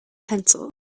pencil